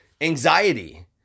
anxiety